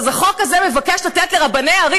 אז החוק הזה מבקש לתת לרבני הערים.